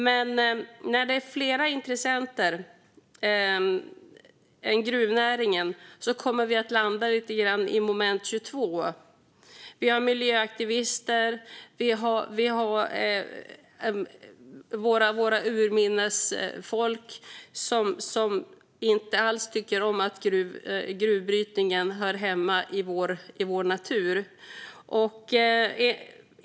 Men när det finns fler intressenter än gruvor i gruvnäringen kommer vi att landa i moment 22. Det finns miljöaktivister och urfolk som inte alls tycker att gruvbrytning hör hemma i vår natur.